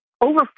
over